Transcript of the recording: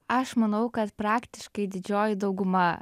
aš manau kad praktiškai didžioji dauguma